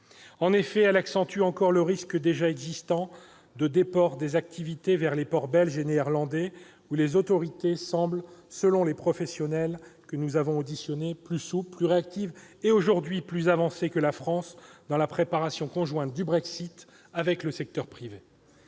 car elle accentue encore le risque, déjà existant, de déport des activités vers les ports belges et néerlandais, où les autorités semblent, selon les professionnels que nous avons auditionnés, plus souples, plus réactives et plus avancées aujourd'hui que la France dans la préparation conjointe du Brexit avec le secteur privé.